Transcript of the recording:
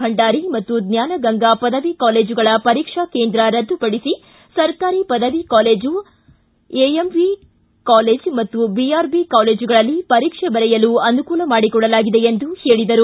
ಭಂಡಾರಿ ಮತ್ತು ಜ್ಞಾನಗಂಗಾ ಪದವಿ ಕಾಲೇಜುಗಳ ಪರೀಕ್ಷಾ ಕೇಂದ್ರ ರದ್ದುಪಡಿಸಿ ಸರಕಾರಿ ಪದವಿ ಕಾಲೇಜು ಎಎಂಇ ಕಾಲೇಜ್ ಮತ್ತು ಬಿಆರ್ಬಿ ಕಾಲೇಜುಗಳಲ್ಲಿ ಪರೀಕ್ಷೆ ಬರೆಯಲು ಅನುಕೂಲ ಮಾಡಿಕೊಡಲಾಗಿದೆ ಎಂದು ಹೇಳಿದರು